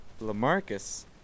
LaMarcus –